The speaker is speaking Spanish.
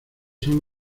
son